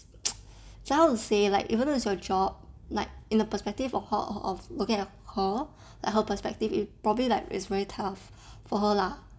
so how to say like even though it's your job like in a perspective of how of looking at her like her perspective it's probably like it's very tough for her lah